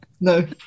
No